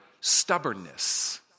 stubbornness